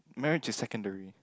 marriage just secondary